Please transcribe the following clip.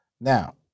Now